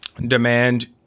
demand